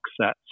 sets